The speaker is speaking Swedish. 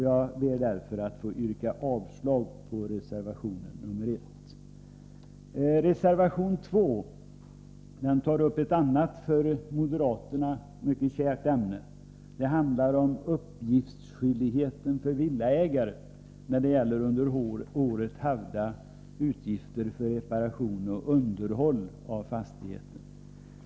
Jag ber därför att få yrka avslag på reservation nr 1. Reservation 2 tar upp ett annat för moderaterna mycket kärt ämne. Den handlar om uppgiftsskyldigheten för villaägare när det gäller under året havda utgifter för reparation och underhåll av fastigheten.